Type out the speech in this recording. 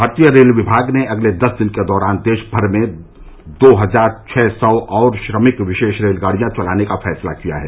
भारतीय रेल विमाग ने अगले दस दिन के दौरान देश भर में दो हजार छह सौ और श्रमिक विशेष रेलगाड़ियां चलाने का फैसला किया है